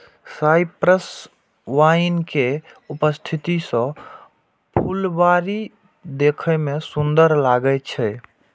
cypress vine के उपस्थिति सं फुलबाड़ी देखै मे सुंदर लागै छै